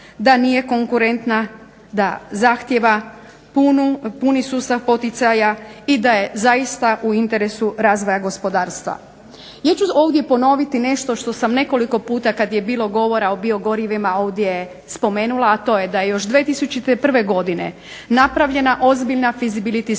da nije konkurentna da zahtjeva puni sustav poticaja i da je u interesu razvoja gospodarstva. Ja ću ovdje ponoviti nešto što sam nekoliko puta kada je bilo govora o biogorivima ovdje spomenula, a to je da još od 2001. godine napravljena ozbiljna visibility studija